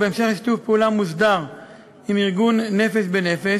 ובהמשך לשיתוף הפעולה עם ארגון "נפש בנפש",